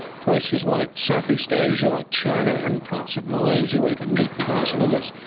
places like south east asia, like china and parts of malaysia where you could meet the virus in others.